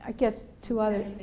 ah guess two others,